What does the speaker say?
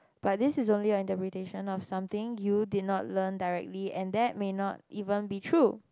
but this is only your interpretation of something you did not learn directly and that may not even be true